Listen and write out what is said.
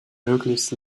möglichst